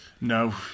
no